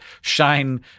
shine